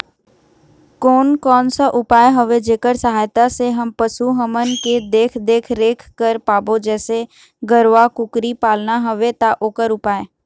कोन कौन सा उपाय हवे जेकर सहायता से हम पशु हमन के देख देख रेख कर पाबो जैसे गरवा कुकरी पालना हवे ता ओकर उपाय?